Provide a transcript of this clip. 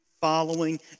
following